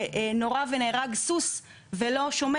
נורה ונהרג סוס ולא השומר